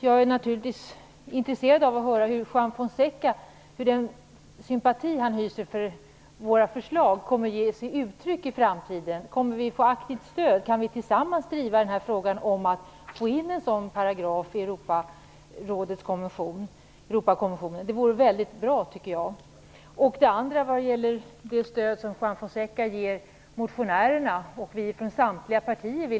Jag är naturligtvis intresserad av att höra hur den sympati som Juan Fonseca hyser för våra förslag kan komma till uttryck i framtiden. Kommer vi att få aktivt stöd? Kan vi tillsammans driva frågan om att få in en sådan paragraf i Europakonventionen? Det vore väldigt bra. Juan Fonseca ger också vad gäller Colombia stöd till oss motionärer - och jag vill då understryka att motionärerna kommer från samtliga partier.